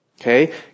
Okay